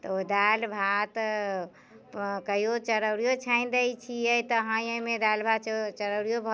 तऽ ओ दालि भात कहियो चरौरियो छानि दैत छियै तऽ हाँय हाँयमे दालि भात च चरौरियो भऽ